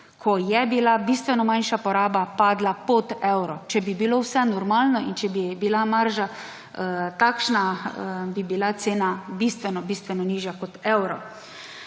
ko je bila bistveno manjša poraba, padla pod evro. Če bi bilo vse normalno in če bi bila marža takšna, bi bila cena bistveno bistveno nižja kot evro.